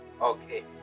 Okay